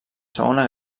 segona